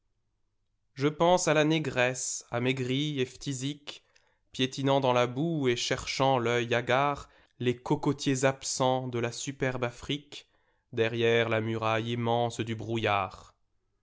je pense à la négresse amaigrie et phthisique piétinant dans la boue et cherchant l'œil hagard les cocotiers absents de la superbe afriquederrière la muraille immense du brouillard